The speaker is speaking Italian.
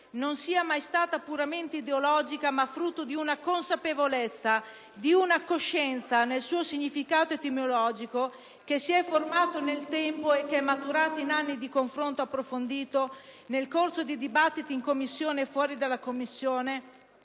non sia mai stata puramente ideologica, ma frutto di una consapevolezza, di una coscienza, nel suo significato etimologico, che si è formata nel tempo e che è maturata in anni di confronto approfondito nel corso dei dibattiti in Commissione e fuori della Commissione,